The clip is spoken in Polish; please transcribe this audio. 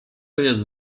jest